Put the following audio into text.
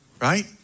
Right